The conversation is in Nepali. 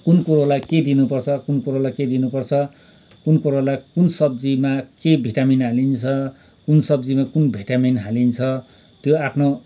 कुन कुरोलाई के दिनुपर्छ कुन कुरोलाई के दिनुपर्छ कुन कुरोलाई कुन सब्जीमा के भिटामिन हालिन्छ कुन सब्जीमा कुन भिटामिन हालिन्छ त्यो आफ्नो